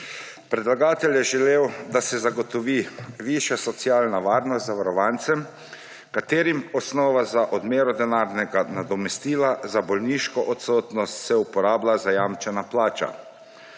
Predlagatelj je želel, da se zagotovi višja socialna varnost zavarovancem, katerim se za osnovo za odmero denarnega nadomestila za bolniško odsotnost uporablja zajamčena plača.